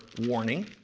warning